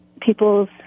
people's